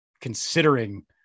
considering